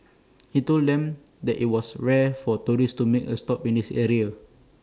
he told them that IT was rare for tourists to make A stop at this area